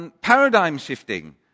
paradigm-shifting